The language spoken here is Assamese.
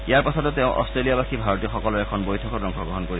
ইয়াৰ পাছতে তেওঁ অট্টেলিয়াৱাসী ভাৰতীয়সকলৰ এখন বৈঠকত অংশগ্ৰহণ কৰিব